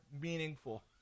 meaningful